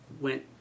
went